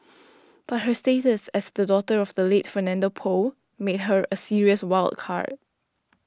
but her status as the daughter of the late Fernando Poe makes her a serious wild card